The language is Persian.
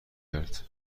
کرد